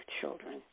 children